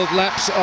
laps